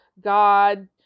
God